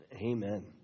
Amen